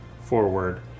forward